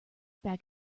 back